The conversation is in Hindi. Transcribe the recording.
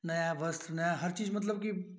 नया वस्त्र नया हर चीज मतलब की